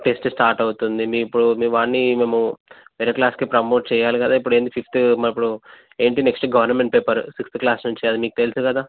test start అవుతుంది మీ ఇప్పుడు మీ వాడిని మేము వేరే క్లాస్కి ప్రమోట్ చేయాలి కదా ఇప్పుడు ఏంటి ఫిఫ్త్ మరి ఇప్పుడు ఏంటి next government paper sixth class నుంచి అది మీకు తెలుసు కదా